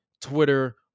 Twitter